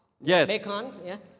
Yes